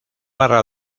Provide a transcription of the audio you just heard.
barra